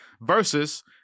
versus